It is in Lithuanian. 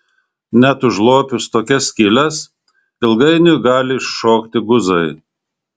net užlopius tokias skyles ilgainiui gali iššokti guzai